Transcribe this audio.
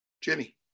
Jimmy